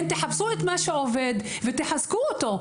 תחפשו מה עובד ותחזקו אותו.